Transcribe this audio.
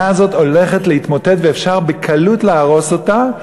הזאת הולכת להתמוטט ואפשר בקלות להרוס אותה,